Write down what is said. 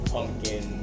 Pumpkin